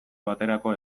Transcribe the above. baterako